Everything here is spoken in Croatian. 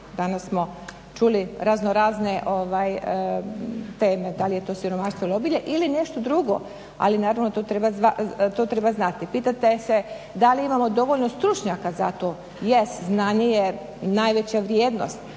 Danas smo čuli raznorazne teme, da li je to siromaštvo ili obilje ili nešto drugo, ali naravno to treba znati. Pitate se da li imamo dovoljno stručnjaka za to … znanje je najveća vrijednost,